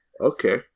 Okay